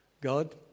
God